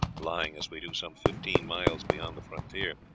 lying as we do some fifteen miles beyond the frontier.